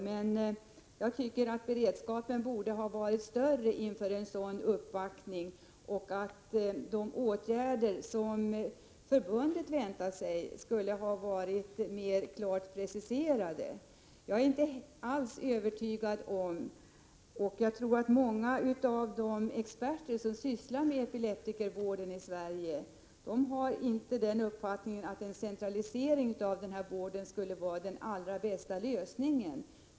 Men jag tycker att beredskapen borde ha varit större inför en sådan uppvaktning och att de åtgärder som förbundet väntar sig skulle ha varit mer klart preciserade. Jag tror att många av de experter som sysslar med epileptikervård i Sverige inte har uppfattningen att en centralisering av vården skulle vara den allra bästa lösningen.